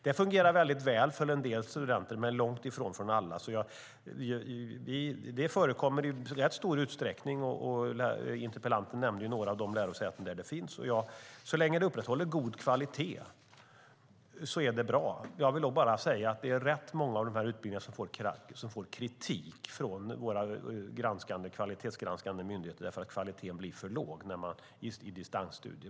Det fungerar väldigt väl för en del studenter, men långt ifrån för alla. Det förekommer alltså i rätt stor utsträckning, och interpellanten nämnde några av de lärosäten där det finns. Så länge som de upprätthåller god kvalitet är det bra, men det är rätt många av de här utbildningarna som får kritik från våra kvalitetsgranskande myndigheter därför att kvaliteten i distansstudier blir för låg.